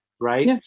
Right